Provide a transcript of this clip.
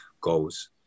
goals